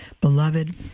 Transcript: Beloved